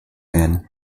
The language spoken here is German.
werden